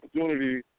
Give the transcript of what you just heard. opportunity